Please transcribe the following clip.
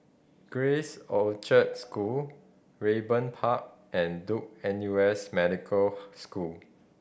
Grace Orchard School Raeburn Park and Duke N U S Medical School